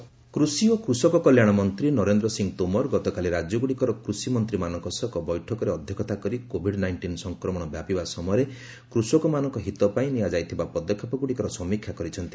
Narendra Singh states କୃଷି ଓ କୃଷକ କଲ୍ୟାଣ ମନ୍ତ୍ରୀ ନରେନ୍ଦ୍ର ସିଂ ତୋମର ଗତକାଲି ରାଜ୍ୟଗୁଡ଼ିକର କୃଷିମନ୍ତ୍ରୀମାନଙ୍କ ସହ ଏକ ବୈଠକରେ ଅଧ୍ୟକ୍ଷତା କରି କୋଭିଡ୍ ନାଇଷ୍ଟିନ୍ ସଂକ୍ରମଣ ବ୍ୟାପିବା ସମୟରେ କୃଷକମାନଙ୍କ ହିତ ପାଇଁ ନିଆଯାଇଥିବା ପଦକ୍ଷେପଗୁଡ଼ିକର ସମୀକ୍ଷା କରିଛନ୍ତି